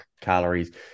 calories